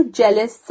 jealous